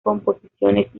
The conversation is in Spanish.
composiciones